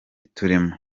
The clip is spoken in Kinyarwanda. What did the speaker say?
turimo